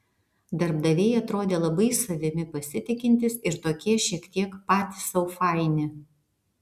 darbdaviai atrodė labai savimi pasitikintys ir tokie šiek tiek patys sau faini